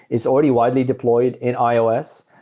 it's already widely deployed in ios.